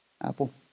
Apple